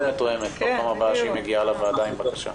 מתואמת בפעם הבאה שהיא מגיעה לוועדה עם בקשה.